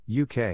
UK